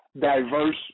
diverse